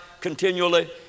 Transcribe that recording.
continually